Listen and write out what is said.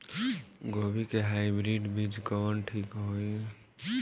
गोभी के हाईब्रिड बीज कवन ठीक होई?